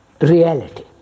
reality